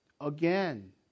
again